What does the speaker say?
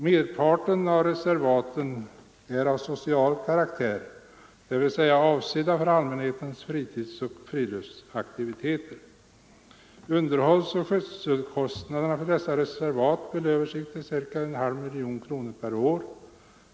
Merparten av reservaten är av social karaktär dvs. avsedda för allmänhetens fritidsoch friluftsaktiviteter. Underhållsoch skötselkostnaderna för dessa reservat belöper sig till cirka 0,5 miljoner kronor/år.